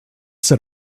said